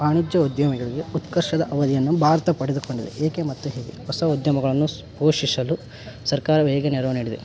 ವಾಣಿಜ್ಯ ಉದ್ಯಮಿಗಳಿಗೆ ಉತ್ಕರ್ಷದ ಅವಧಿಯನ್ನು ಭಾರತ ಪಡೆದುಕೊಂಡಿದೆ ಏಕೆ ಮತ್ತು ಹೇಗೆ ಹೊಸ ಉದ್ಯಮಗಳನ್ನು ಸ್ ಪೋಷಿಸಲು ಸರ್ಕಾರವು ಹೇಗೆ ನೆರವು ನೀಡಿದೆ